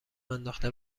انداخته